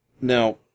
Now